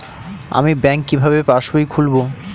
আমি ব্যাঙ্ক কিভাবে পাশবই খুলব?